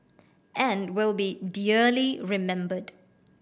and will be dearly remembered